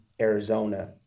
Arizona